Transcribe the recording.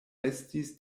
estis